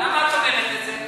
למה את אומרת את זה?